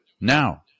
now